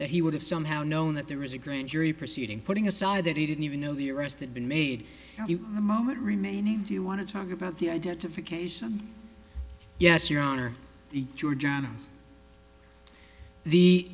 that he would have somehow known that there was a grand jury proceeding putting aside that he didn't even know the arrest that been made the moment remaining do you want to talk about the identification yes your honor